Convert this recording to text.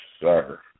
sir